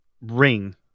ring